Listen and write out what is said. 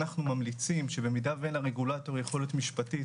אנחנו ממליצים שבמידה ואין לרגולטור יכולת משפטית,